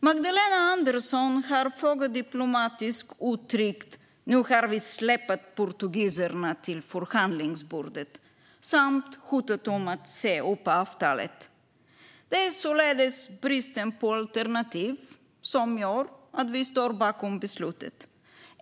Magdalena Andersson har föga diplomatiskt uttryckt att vi nu har släpat portugiserna till förhandlingsbordet samt hotat att säga upp avtalet. Det är således bristen på alternativ som gör att vi står bakom beslutet.